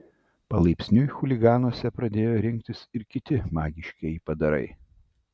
palaipsniui chuliganuose pradėjo rinktis ir kiti magiškieji padarai